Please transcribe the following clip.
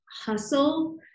hustle